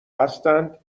هستند